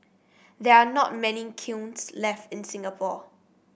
they are not many kilns left in Singapore